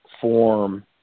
form –